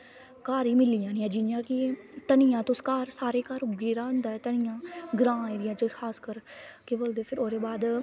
घार ही मिली जानियां तनिया तुस घार उगे दा होंदा ऐ तनिया ग्रांऽ एरिया च खास कर केह् बोलदे उ'दे बाद